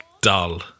dull